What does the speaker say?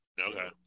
okay